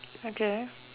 okay